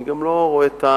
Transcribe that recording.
אני גם לא רואה את,